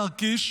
השר קיש,